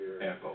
echo